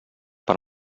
per